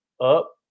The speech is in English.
Up